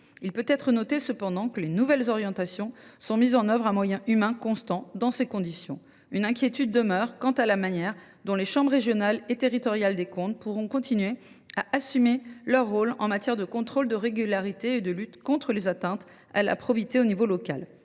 On peut cependant noter que les nouvelles orientations sont mises en œuvre à moyens humains constants. Dans ces conditions, une inquiétude demeure quant à la manière dont les chambres régionales et territoriales des comptes pourront continuer à assumer leur rôle en matière de contrôle de régularité et de lutte contre les atteintes à la probité à l’échelon local.